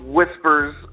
Whispers